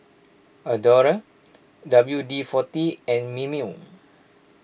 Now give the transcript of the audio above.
Adore W D forty and Mimeo